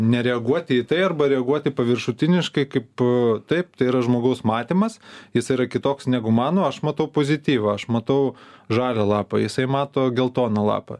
nereaguoti į tai arba reaguoti paviršutiniškai kaip taip tai yra žmogaus matymas jis yra kitoks negu mano aš matau pozityvą aš matau žalią lapą jisai mato geltoną lapą